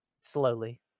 slowly